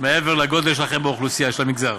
מעבר לגודל שלכם באוכלוסייה של המגזר.